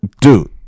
dude